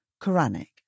Quranic